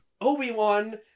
Obi-Wan